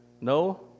No